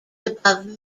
above